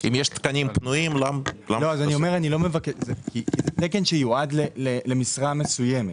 זה תקן שיועד למשרה מסוימת,